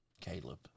Caleb